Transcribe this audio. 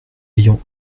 ayant